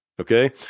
Okay